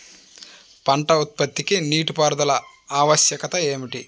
పంట ఉత్పత్తికి నీటిపారుదల ఆవశ్యకత ఏమిటీ?